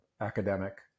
academic